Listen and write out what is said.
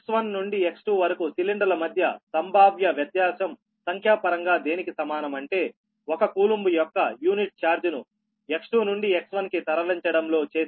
X1 నుండి X2 వరకు సిలిండర్ల మధ్య సంభావ్య వ్యత్యాసం సంఖ్యాపరంగా దేనికి సమానం అంటే 1 కూలూoబ్ యొక్క యూనిట్ ఛార్జ్ను X2 నుండి X1 కి తరలించడంలో చేసే పనికి